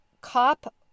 cop